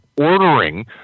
ordering